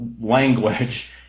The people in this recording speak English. language